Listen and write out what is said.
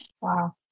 Wow